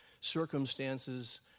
circumstances